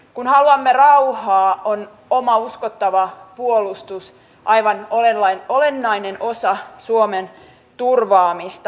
kun haluamme rauhaa on oma uskottava puolustus aivan olennainen osa suomen turvaamista